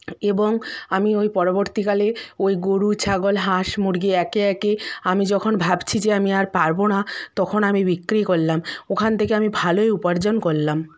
এবং আমি ওই পরবর্তীকালে ওই গরু ছাগল হাঁস মুরগি একে একে আমি যখন ভাবছি যে আমি আর পারবো না তখন আমি বিক্রি করলাম ওখান থেকে আমি ভালোই উপার্জন করলাম